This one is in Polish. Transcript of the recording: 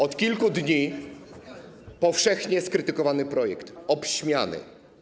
Od kilku dni powszechnie skrytykowany projekt, obśmiany.